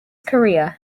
career